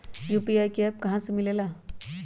UPI का app कहा से मिलेला?